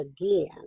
again